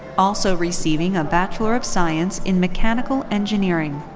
also receiving a bachelor of science in mechanical engineering.